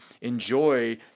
enjoy